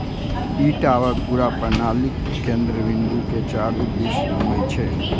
ई tower पूरा प्रणालीक केंद्र बिंदु के चारू दिस घूमै छै